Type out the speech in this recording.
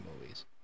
movies